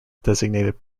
designated